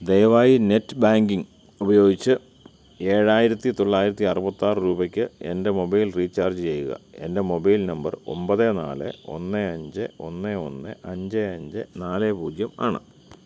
ദയവായി net banking ഉപയോഗിച്ച് ഏഴായിരത്തി തൊള്ളായിരത്തി അറുപത്തിയാറ് രൂപയ്ക്ക് എൻ്റെ മൊബൈൽ റീചാർജ് ചെയ്യുക എൻ്റെ മൊബൈൽ നമ്പർ ഒൻപത് നാല് ഒന്ന് അഞ്ച് ഒന്ന് ഒന്ന് അഞ്ച് അഞ്ച് നാല് പൂജ്യം ആണ്